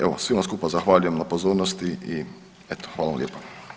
Evo svima skupa zahvaljujem na pozornosti i eto hvala vam lijepa.